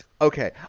Okay